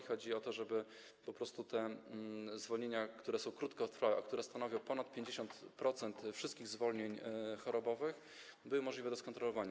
Chodzi o to, żeby po prostu te zwolnienia, które są krótkotrwałe, a które stanowią ponad 50% wszystkich zwolnień chorobowych, były możliwe do skontrolowania.